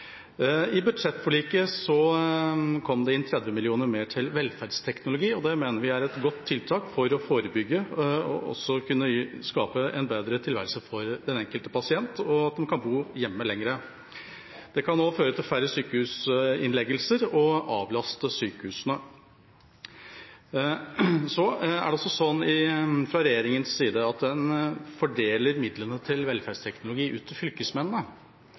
I budsjettforliket kom det inn 30 mill. kr mer til velferdsteknologi, og det mener vi er et godt tiltak for å forebygge og skape en bedre tilværelse for den enkelte pasient, slik at en kan bo hjemme lenger. Det kan også føre til færre sykehusinnleggelser og avlaste sykehusene. Fra regjeringens side fordeler en midlene til velferdsteknologi ut til fylkesmennene.